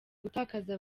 gutakaza